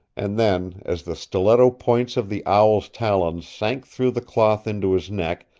and then, as the stiletto-points of the owl's talons sank through the cloth into his neck,